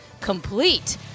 complete